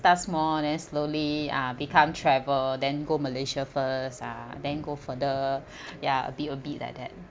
start small then slowly ah become travel then go malaysia first ah then go further ya a bit a bit like that